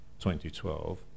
2012